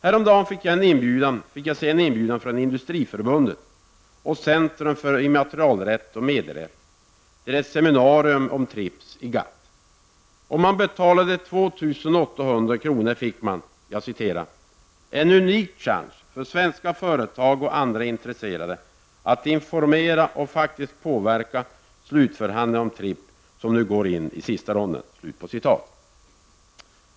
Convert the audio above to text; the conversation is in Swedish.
Häromdagen fick jag se en inbjudan från GATT. Om man betalade 2 800 kr. fick man ''en unik chans för svenska företag och andra intresserade att informera sig om -- och faktiskt påverka -- slutförhandlingarna om TRIP, som nu går in i sista ronden''.